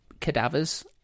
cadavers